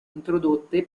introdotte